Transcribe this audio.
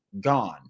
gone